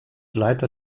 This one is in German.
leiter